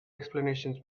explanation